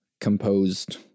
composed